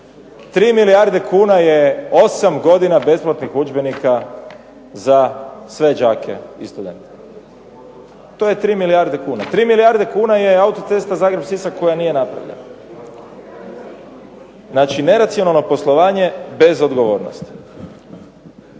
3 milijarde kuna je 8 godina besplatnih udžbenika za sve đake istovremeno, to je 3 milijarde kuna. 3 milijarde kuna je auto-cesta Zagreb-Sisak koja nije napravljena. Znači, neracionalno poslovanje bez odgovornosti.